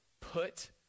put